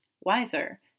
wiser